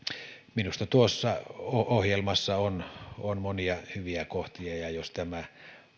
minusta tuossa ohjelmassa on on monia hyviä kohtia ja jos tämä